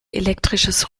elektrisches